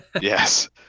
Yes